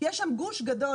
יש שם גוש גדול,